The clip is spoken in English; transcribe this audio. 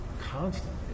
constantly